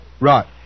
Right